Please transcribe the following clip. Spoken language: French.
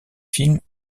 films